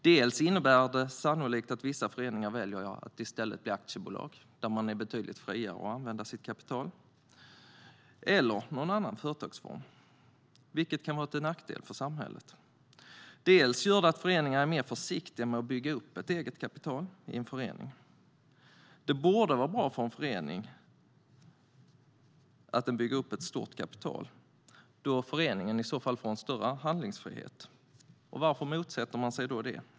Dels innebär det sannolikt att vissa föreningar i stället väljer att bli aktiebolag, där man är betydligt friare att använda sitt kapital, eller väljer någon annan företagsform, vilket kan vara till nackdel för samhället. Dels gör det att föreningar är mer försiktiga med att bygga upp ett eget kapital i en förening. Det borde vara bra för en förening att bygga upp ett stort kapital, då föreningen i så fall får större handlingsfrihet. Varför motsätter man sig då det?